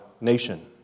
nation